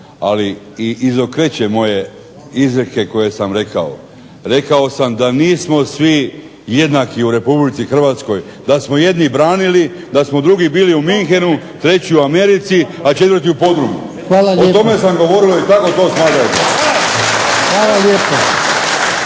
i izokreće moje izreke koje sam rekao. Rekao sam da nismo svi jednaki u Republici Hrvatskoj, da smo jedni branili, da smo drugi bili u Munchenu, treći u Americi, a četvrti u podrumu. O tome sam govorio i tako to ... /Govornik